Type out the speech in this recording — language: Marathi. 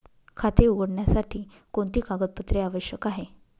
खाते उघडण्यासाठी कोणती कागदपत्रे आवश्यक आहे?